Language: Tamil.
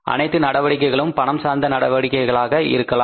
அனைத்து நடவடிக்கைகளும் பணம் சார்ந்த நடவடிக்கைகள் ஆக இருக்கலாம்